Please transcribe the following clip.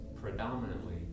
predominantly